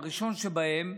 הראשון שבהם,